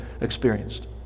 experienced